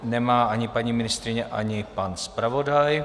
Nemá ani paní ministryně, ani pan zpravodaj.